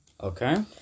Okay